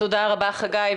תודה רבה, חגי.